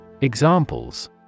Examples